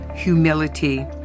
Humility